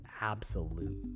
absolute